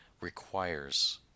requires